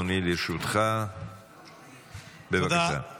חוק ומשפט לצורך הכנתה לקריאה שנייה ושלישית.